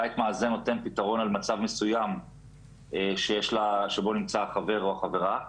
בית מאזן נותן פתרון למצב מסוים שבו נמצא החבר או החברה.